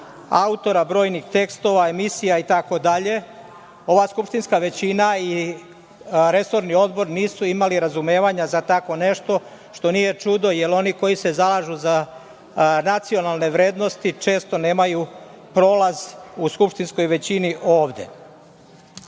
autora brojnih tekstova, emisija itd, ova skupštinska većina i resorni odbor nisu imali razumevanja za tako nešto, što nije čudo, jer oni koji se zalažu za racionalne vrednosti često nemaj prolaz u skupštinskoj većini ovde.